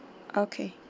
okay